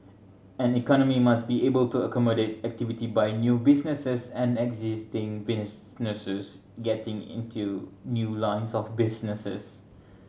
an economy must be able to accommodate activity by new businesses and existing businesses getting into new lines of businesses